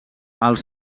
els